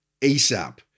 ASAP